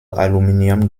aluminium